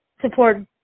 support